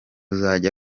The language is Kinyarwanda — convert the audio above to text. ruzajya